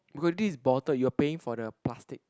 becau~ this is bottle you're paying for the plastic